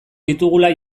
ditugula